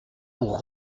pour